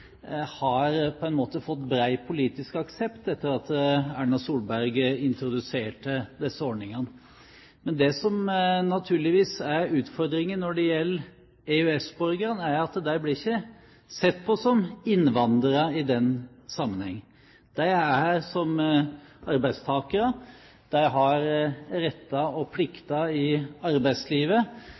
har på en måte fått bred politisk aksept etter at Erna Solberg introduserte disse ordningene. Det som naturligvis er utfordringen når det gjelder EØS-borgerne, er at de ikke blir sett på som innvandrere i den sammenheng. De er her som arbeidstakere, de har retter og plikter i arbeidslivet,